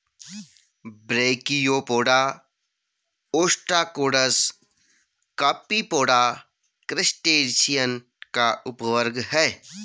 brachiopoda, ostracods, copepoda, crustacean का उपवर्ग है